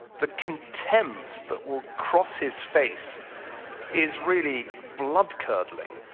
the contempt that will cross his face is really blood curdling,